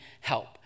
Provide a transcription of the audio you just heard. help